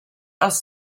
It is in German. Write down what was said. aus